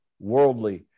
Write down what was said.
worldly